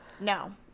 No